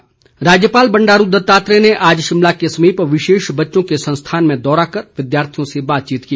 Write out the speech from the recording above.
राज्यपाल राज्यपाल बंडारू दत्तात्रेय ने आज शिमला के समीप विशेष बच्चों के संस्थान में दौरा कर विद्यार्थियों से बातचीत की